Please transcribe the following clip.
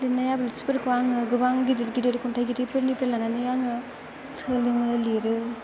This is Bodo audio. लिरनाय आब्रुथिफोरखौ आङो गोबां गिदिर गिदिर खन्थाइगिरि फोरनिफ्राय लानानै आङो सोलोङो लिरो